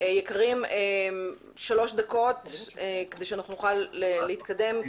יקרים שלוש דקות כדי שאנחנו נוכל להתקדם.